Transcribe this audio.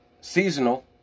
seasonal